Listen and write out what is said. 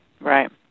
Right